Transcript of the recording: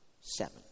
seven